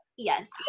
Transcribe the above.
Yes